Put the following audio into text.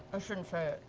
i shouldn't say it.